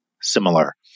similar